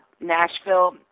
Nashville